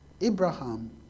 Abraham